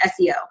SEO